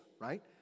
right